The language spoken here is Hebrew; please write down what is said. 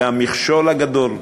והמכשול הגדול,